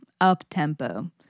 up-tempo